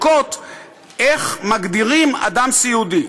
שבודקות איך מגדירים אדם סיעודי.